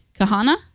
Kahana